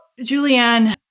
Julianne